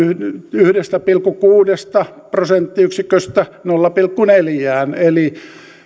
yhdestä pilkku kuudesta prosenttiyksiköstä nolla pilkku neljään eli